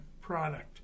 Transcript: product